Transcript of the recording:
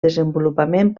desenvolupament